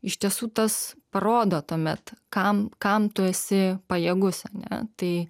iš tiesų tas parodo tuomet kam kam tu esi pajėgus ar ne tai